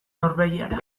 norbegiara